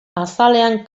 azalean